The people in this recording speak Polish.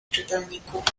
czytelników